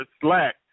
slack